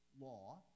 law